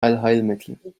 allheilmittel